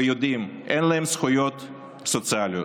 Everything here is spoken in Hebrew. ויודעים שאין להם זכויות סוציאליות: